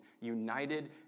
united